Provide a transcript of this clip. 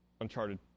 Uncharted